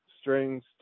strings